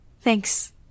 Thanks